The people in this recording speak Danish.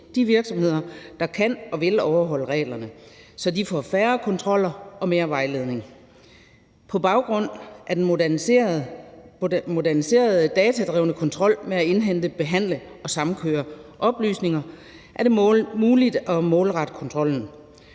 de virksomheder, der kan og vil overholde reglerne, så de får færre kontroller og mere vejledning. På baggrund af den moderniserede datadrevne kontrol med at indhente, behandle og samkøre oplysninger er det muligt at målrette kontrollen.